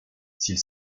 s’il